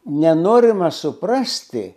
nenorima suprasti